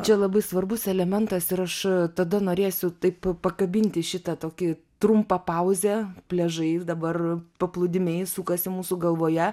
čia labai svarbus elementas ir aš tada norėsiu taip pakabinti šitą tokį trumpą pauzę pliažai ir dabar paplūdimiai sukasi mūsų galvoje